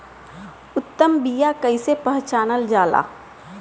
उत्तम बीया कईसे पहचानल जाला?